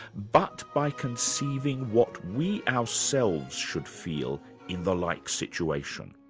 but by conceiving what we ourselves should feel in the like situation.